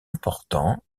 important